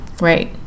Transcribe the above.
right